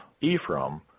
Ephraim